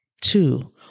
Two